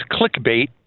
clickbait